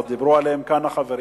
או שדיברו עליהם כאן החברים,